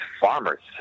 farmers